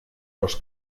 los